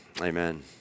Amen